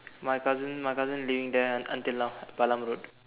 my cousin my cousin living there until now Balam Road